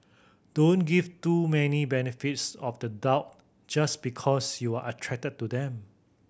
don't give too many benefits of the doubt just because you're attracted to them